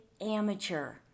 amateur